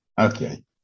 Okay